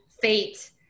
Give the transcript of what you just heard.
fate